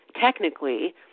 technically